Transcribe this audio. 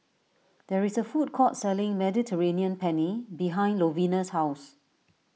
there is a food court selling Mediterranean Penne behind Lovina's house